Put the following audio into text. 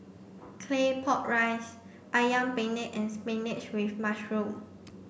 Claypot Rice Ayam Penyet and spinach with mushroom